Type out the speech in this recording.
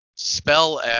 Spell